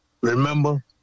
Remember